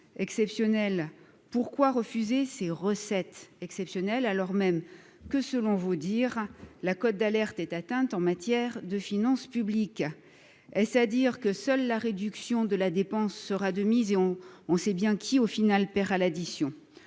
exceptionnelles, pourquoi refuser ces recettes exceptionnelles, alors même que, selon vous, dire la cote d'alerte est atteinte en matière de finances publiques est-ce à dire que seule la réduction de la dépense sera de mise et on on sait bien qui, au final, paiera l'addition